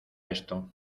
esto